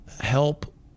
help